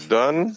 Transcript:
done